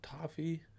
toffee